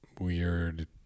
weird